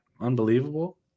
Unbelievable